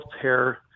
pair